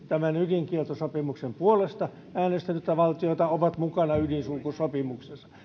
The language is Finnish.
tämän ydinkieltosopimuksen puolesta äänestänyttä valtiota ovat mukana ydinsulkusopimuksessa